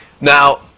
Now